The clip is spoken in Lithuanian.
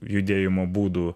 judėjimo būdų